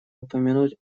упомянуть